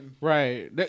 right